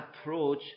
approach